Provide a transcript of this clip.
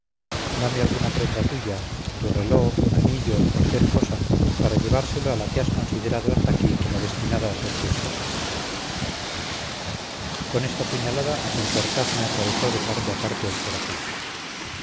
dame alguna prenda tuya tu reló un anillo cualquier cosa para llevárselo a la que has considerado hasta aquí como destinada a ser tu esposa con esta puñalada santorcaz me atravesó de parte a parte el corazón